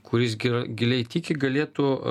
kuris gi giliai tiki galėtų